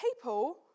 people